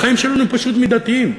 החיים שלנו פשוט מידתיים,